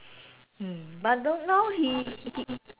mm but the now he he